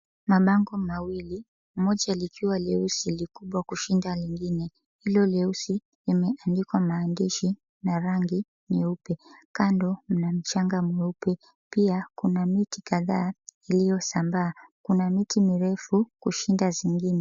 Mabango mawili, moja likiwa leusi likubwa kushinda lingine. Hilo leusi limeandikwa maandishi na rangi nyeupe. Kando mna mchanga mweupe. Pia kuna miti kadhaa iliyosambaa, kuna miti mirefu kushinda zingine.